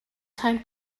time